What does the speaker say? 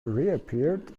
reappeared